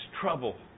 trouble